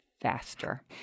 faster